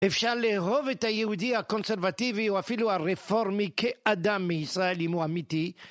אפשר לאהוב את היהודי הקונסרבטיבי, או אפילו הרפורמי כאדם מישראל, אם הוא אמיתי.